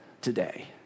today